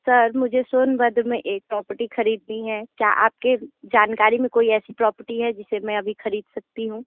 sir मुझे सोनभद्र में एक प्रॉपर्टी ख़रीदनी हैं क्या आप के जानकारी में कोई ऐसी प्रॉपर्टी है जिसे मैं अभी ख़रीद सकती हूँ